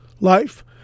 life